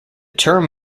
term